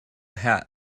hat